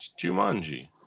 Jumanji